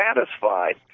satisfied